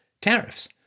tariffs